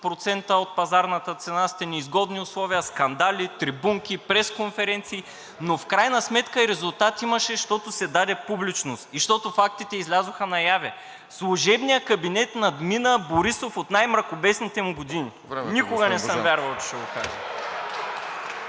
400% от пазарната цена сте неизгодни условия.“ Скандали, трибунки, пресконференции, но в крайна сметка и резултат имаше, защото се даде публичност и защото фактите излязоха наяве. Служебният кабинет надмина Борисов от най мракобесните му години. (Възгласи: „Еее!“ от